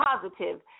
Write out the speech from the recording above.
positive